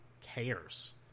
cares